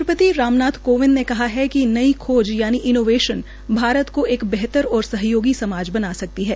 राष्ट्रपति राम नाथ कोविंद ने कहा है कि नई खोज यानि इनोवेशन भारत को एक बेहतर और सहयोगी समाज बना सकती सकती है